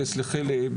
סלחי לי,